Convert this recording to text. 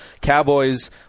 Cowboys